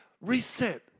reset